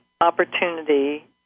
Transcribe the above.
opportunity